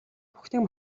бүхнийг